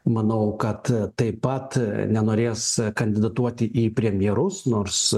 manau kad taip pat nenorės kandidatuoti į premjerus nors